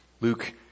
Luke